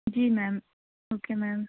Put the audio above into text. جی ma'am okay میم